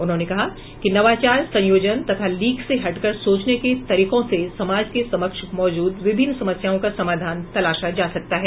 उन्होंने कहा कि नवाचार संयोजन तथा लीक से हटकर सोचने के तरीकों से समाज के समक्ष मौजूद विभिन्न समस्याओं का समाधान तलाशा जा सकता है